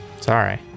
Sorry